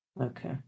Okay